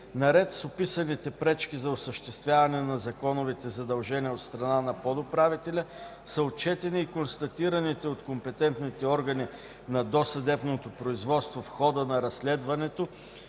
Наред с описаните пречки за осъществяване на законовите задължения от страна на подуправителя са отчетени и констатираните от компетентните органи на досъдебното производство в хода на разследването